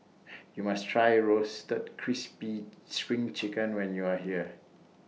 YOU must Try Roasted Crispy SPRING Chicken when YOU Are here